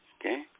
Okay